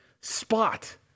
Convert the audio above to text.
spot